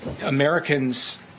Americans